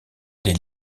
des